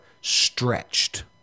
stretched